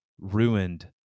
ruined